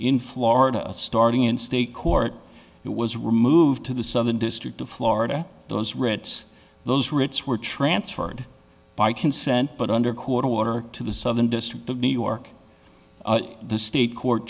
in florida starting in state court it was removed to the southern district of florida those writs those routes were transferred by consent but under court order to the southern district of new york the state court